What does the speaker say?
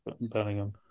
Bellingham